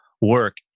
work